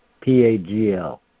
P-A-G-L